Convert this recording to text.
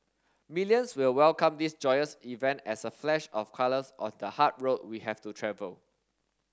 millions will welcome this joyous event as a flash of colours on the hard road we have to travel